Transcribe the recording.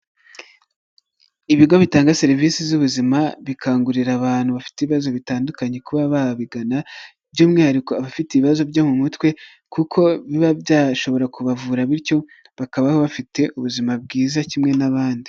Ibigo bitanga serivisi z'ubuzima bikangurira abantu bafite ibibazo bitandukanye kuba babigana by'umwihariko abafite ibibazo byo mu mutwe kuko biba byashobora kubavura bityo bakabaho bafite ubuzima bwiza kimwe n'abandi.